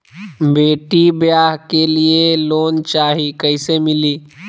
बेटी ब्याह के लिए लोन चाही, कैसे मिली?